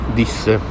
disse